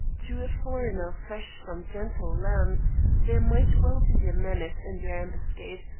to a foreigner fresh from gentle lands there might well be a menace in their ambuscade,